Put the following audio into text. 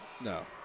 No